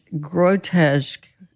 grotesque